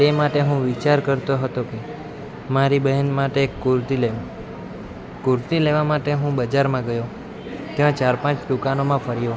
તે માટે હું વિચાર કરતો હતો કે મારી બહેન માટે એક કુર્તી લઉ કુર્તી લેવા માટે હું બજારમાં ગયો ત્યાં ચાર પાંચ દુકાનોમાં ફર્યો